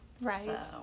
Right